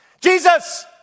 Jesus